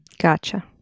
Gotcha